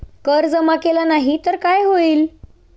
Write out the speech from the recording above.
कर जमा केला नाही तर काय होईल?